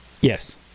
Yes